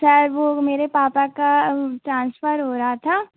sir वो मेरे पापा का ट्रांसफर हो रहा था